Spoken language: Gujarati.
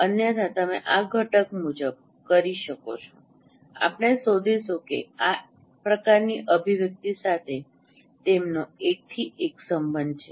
અન્યથા તમે આ ઘટક મુજબ કરી શકો છો આપણે શોધીશું કે આ પ્રકારની અભિવ્યક્તિ સાથે તેમનો એકથી એક સંબંધ છે